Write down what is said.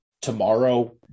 tomorrow